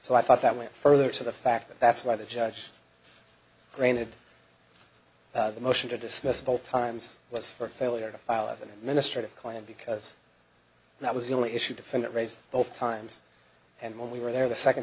so i thought that went further to the fact that that's why the judge granted the motion to dismiss both times was for failure to file as an administrative claim because that was the only issue defendant raised both times and when we were there the second